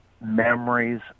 memories